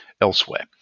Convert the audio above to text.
elsewhere